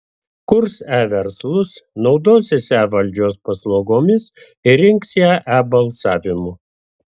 kurs e verslus naudosis e valdžios paslaugomis ir rinks ją e balsavimu